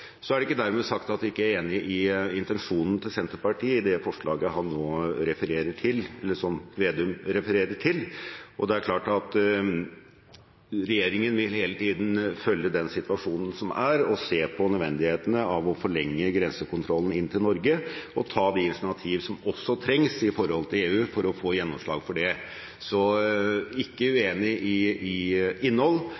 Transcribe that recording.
Så er det ikke dermed sagt at jeg ikke er enig i intensjonen til Senterpartiet i det forslaget Slagsvold Vedum nå refererer til. Det er klart at regjeringen vil hele tiden følge den situasjonen som er, se på nødvendigheten av å forlenge grensekontrollen inn til Norge og ta de initiativ som trengs opp mot EU for å få gjennomslag for det. Så jeg er ikke